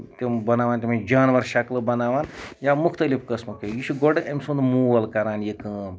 تِم بَناوان تِمن جانور شکلہٕ بَناوان یا مُختٔلِف قٔسمُک یہِ یہِ چھُ گۄڈٕ أمۍ سُند مول کران یہِ کٲم